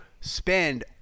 spend